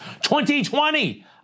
2020